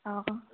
অঁ